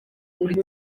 kuri